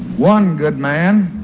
one good man